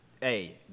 Hey